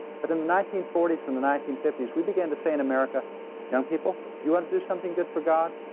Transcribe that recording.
but in the nineteen forty s and the nineteen fifty s, we began to say in america young people, do you want to do something good for god,